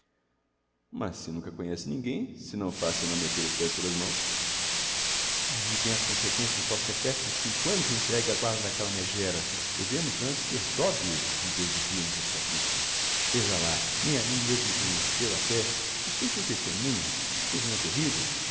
mas se nunca conhece ninguem se não faz senão metter os pés pelas mãos ahi tem as consequencias do tal sequestro de cinco annos entregue á guarda d'aquella megéra devemos antes ter dó d'elle em vez de rirmos á sua custa veja lá nem a mim mesmo me conheceu até o senhor foi testemunha pois não é terrivel